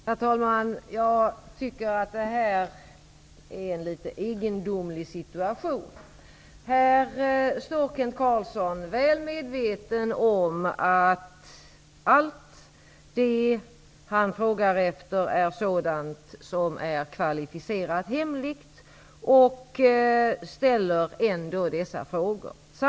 Herr talman! Detta är en litet egendomlig situation. Kent Carlsson står här väl medveten om att allt det som han frågar efter är sådant som är kvalificerat hemligt, men ställer ändå dessa frågor.